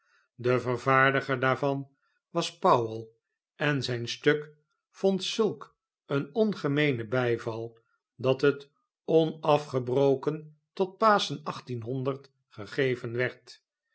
de vervaardiger daarvan was powel en zijn stuk vond zulk een ongemeenen bijval dat het onafgebroken tot paschen gegeven werd